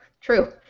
True